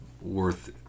worth